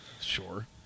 Sure